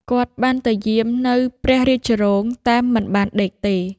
គាត់បានទៅយាមនៅព្រះរាជរោង តែមិនបានដេកទេ។